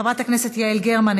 חברת הכנסת יעל גרמן,